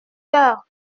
heures